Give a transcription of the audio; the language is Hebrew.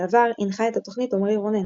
בעבר הנחה את התוכנית עמרי רונן,